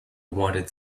wanted